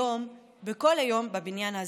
היום ובכל יום בבניין הזה.